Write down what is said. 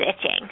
itching